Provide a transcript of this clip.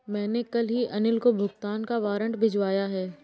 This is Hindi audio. मैंने कल ही अनिल को भुगतान का वारंट भिजवाया है